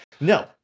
No